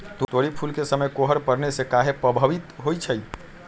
तोरी फुल के समय कोहर पड़ने से काहे पभवित होई छई?